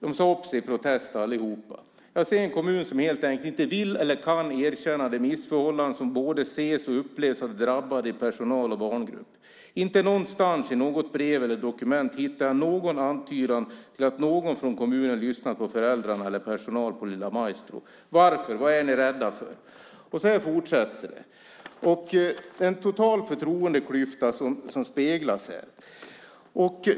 De sade upp sig i protest allihop. "Jag ser en kommun som helt enkelt inte vill, eller kan, erkänna de missförhållanden som både ses och upplevs av de drabbade i personal och barngrupp. Inte någonstans, i något brev eller dokument, hittar jag någon antydan till att någon från kommunen lyssnat på föräldrarna vid Lilla Maestro. Varför? Vad är ni rädda för?" Så här fortsätter det. Det är en total förtroendeklyfta som speglas här.